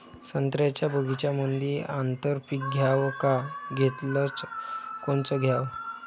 संत्र्याच्या बगीच्यामंदी आंतर पीक घ्याव का घेतलं च कोनचं घ्याव?